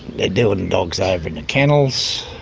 they're doing dogs over in the kennels.